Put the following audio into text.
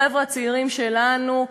החבר'ה הצעירים שלנו,